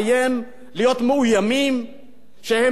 להיות מאוימים שהנה עכשיו,